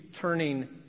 turning